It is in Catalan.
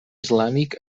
islàmic